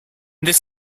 this